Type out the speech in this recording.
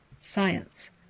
Science